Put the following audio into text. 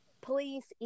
police